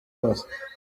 bose